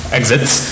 exits